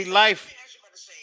life